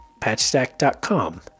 patchstack.com